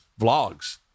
vlogs